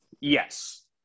yes